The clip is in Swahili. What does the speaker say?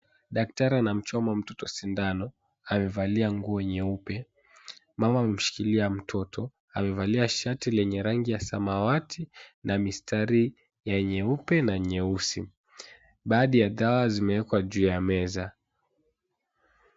Daktari anamchoma mtoto sindano amevalia nguo nyeupe. Mama ameshikilia mtoto amevalia shati lenye rangi ya samawati na mistari ya nyeupe na nyeusi. Baadhi ya dawa zimewekwa juu ya meza.